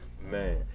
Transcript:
Man